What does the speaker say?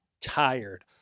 tired